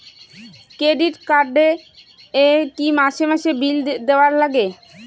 Credit card এ কি মাসে মাসে বিল দেওয়ার লাগে?